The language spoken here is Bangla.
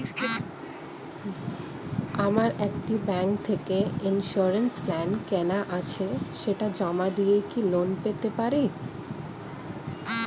আমার একটি ব্যাংক থেকে ইন্সুরেন্স প্ল্যান কেনা আছে সেটা জমা দিয়ে কি লোন পেতে পারি?